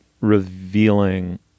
revealing